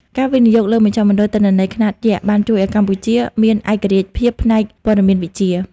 ការវិនិយោគលើមជ្ឈមណ្ឌលទិន្នន័យ ខ្នាតយក្ស បានជួយឱ្យកម្ពុជាមានឯករាជ្យភាពផ្នែកព័ត៌មានវិទ្យា។